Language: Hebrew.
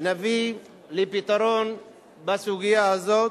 נביא לפתרון בסוגיה הזאת.